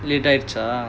late ஆயிடுச்சா:aayiduchaa